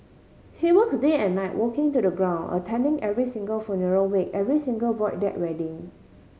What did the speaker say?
he works day and night walking to the ground attending every single funeral wake every single Void Deck wedding